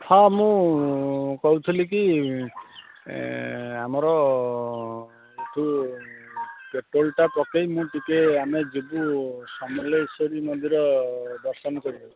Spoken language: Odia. ହଁ ମୁଁ କହୁଥିଲି କି ଆମର ଏଇଠୁ ପେଟ୍ରୋଲ୍ଟା ପକେଇ ମୁଁ ଟିକିଏ ଆମେ ଯିବୁ ସମଲେଶ୍ଵରୀ ମନ୍ଦିର ଦର୍ଶନ କରିବାକୁ